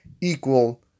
equal